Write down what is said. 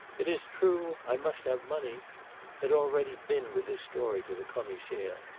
it is true i must have money had already been with his story to the commissaire.